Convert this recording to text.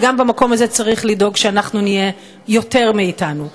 וגם במקום הזה צריך לדאוג שאנחנו נהיה יותר מאתנו.